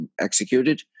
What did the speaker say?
executed